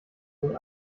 sind